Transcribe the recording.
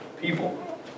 people